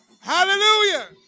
hallelujah